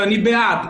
ואני בעד.